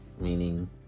meaning